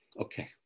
Okay